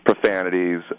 profanities